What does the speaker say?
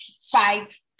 five